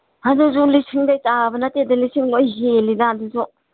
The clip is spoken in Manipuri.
ꯑꯗꯨꯁꯨ ꯂꯤꯁꯤꯡꯗꯩ ꯇꯥꯕ ꯅꯠꯇꯦꯗ ꯂꯤꯁꯤꯡ ꯂꯣꯏ ꯍꯦꯜꯂꯤꯗ ꯑꯗꯨꯁꯨ